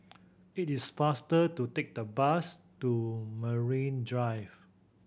it is faster to take the bus to Marine Drive